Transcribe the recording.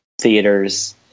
theaters